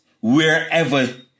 wherever